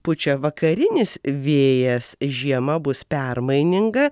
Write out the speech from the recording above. pučia vakarinis vėjas žiema bus permaininga